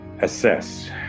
assess